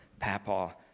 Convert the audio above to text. papa